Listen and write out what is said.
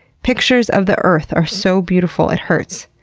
pictures of the earth are so beautiful it hurts.